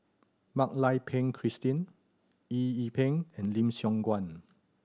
Mak Lai Peng Christine Eng Yee Peng and Lim Siong Guan